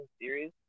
series